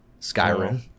Skyrim